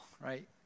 right